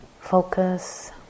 focus